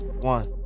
One